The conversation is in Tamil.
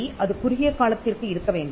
அது குறுகிய காலத்திற்கு இருக்க வேண்டியதா